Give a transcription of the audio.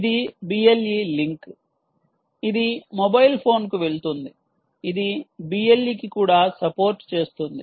ఇది BLE link ఇది mobile ఫోన్కు వెళుతుంది ఇది BLE కి కూడా సపోర్ట్ చేస్తుంది